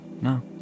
no